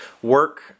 work